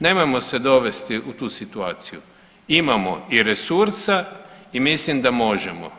Nemojmo se dovesti u tu situaciju imamo i resursa i mislim da možemo.